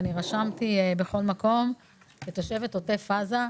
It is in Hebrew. ורשמתי בכל מקום שכתושבת עוטף עזה,